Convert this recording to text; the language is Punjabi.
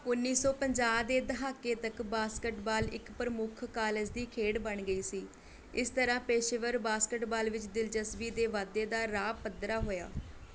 ਉੱਨੀ ਸੌ ਪੰਜਾਹ ਦੇ ਦਹਾਕੇ ਤੱਕ ਬਾਸਕਟਬਾਲ ਇੱਕ ਪ੍ਰਮੁੱਖ ਕਾਲਜ ਦੀ ਖੇਡ ਬਣ ਗਈ ਸੀ ਇਸ ਤਰ੍ਹਾਂ ਪੇਸ਼ੇਵਰ ਬਾਸਕਟਬਾਲ ਵਿੱਚ ਦਿਲਚਸਪੀ ਦੇ ਵਾਧੇ ਦਾ ਰਾਹ ਪੱਧਰਾ ਹੋਇਆ